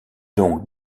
donc